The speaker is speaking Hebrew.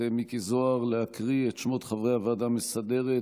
מיקי זוהר להקריא את שמות חברי הוועדה המסדרת